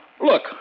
Look